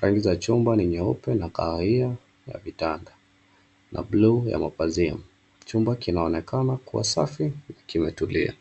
Rangi za chumba ni nyeupe na kahawia ya vitanda na buluu ya mapazia. Chumba kinaonekana kuwa safi na kimetulia.